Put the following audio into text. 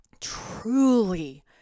truly